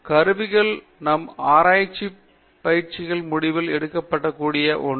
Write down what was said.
பேராசிரியர் ஸ்ரீகாந்த் வேதாந்தம் கருவிகள் நம் ஆராய்ச்சிப் பயிற்சியின் முடிவில் எடுக்கப்படக் கூடிய ஒன்று